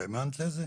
והאמנת לזה?